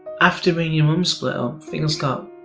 after me and your mum split up, things got.